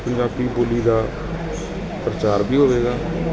ਪੰਜਾਬੀ ਬੋਲੀ ਦਾ ਪ੍ਰਚਾਰ ਵੀ ਹੋਵੇਗਾ